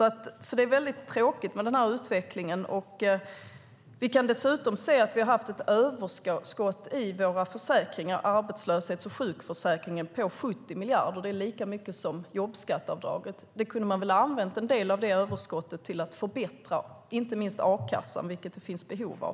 Därför är denna utveckling mycket tråkig. Vi kan dessutom se att vi har haft ett överskott i våra försäkringar - arbetslöshetsförsäkringen och sjukförsäkringen - på 70 miljarder. Det är lika mycket som jobbskatteavdraget. Man kunde väl ha använt en del av detta överskott för att förbättra inte minst a-kassan, vilket det finns behov av?